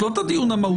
לא את הדיון המהותי.